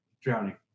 drowning